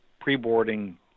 pre-boarding